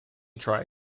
try